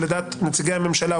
שלדעת נציגי הממשלה,